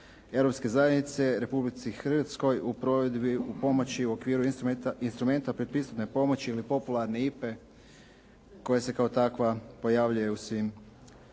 Europske zajednice Republici Hrvatskoj u provedbi u pomoći instrumenta predpristupne pomoći ili popularne IPA-e koje se kao takva pojavljuje u svim